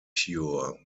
cure